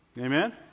Amen